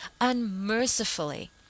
unmercifully